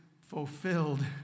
fulfilled